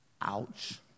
Ouch